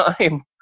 time